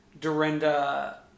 Dorinda